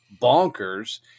bonkers